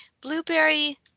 Blueberry